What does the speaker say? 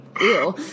ew